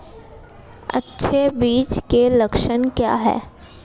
अच्छे बीज के लक्षण क्या हैं?